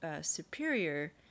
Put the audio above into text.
superior